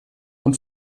und